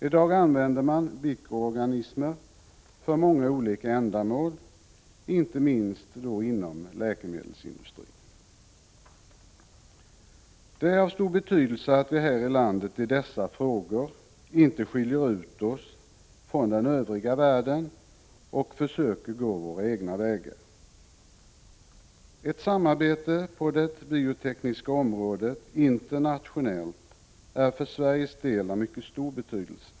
I dag används mikroorganismer för många olika ändamål, inte minst inom läkemedelsindustrin. Det är av stor betydelse att vi här i landet i dessa frågor inte skiljer ut oss från den övriga världen och försöker gå våra egna vägar. Ett internationellt samarbete på det biotekniska området är för Sveriges del av mycket stor betydelse.